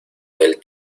del